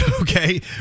okay